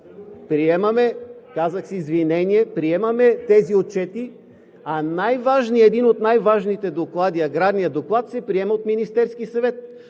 Приемаме – казах с извинение – приемаме тези отчети, а един от най-важните доклади – Аграрният доклад, се приема от Министерски съвет.